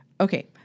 Okay